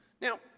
Now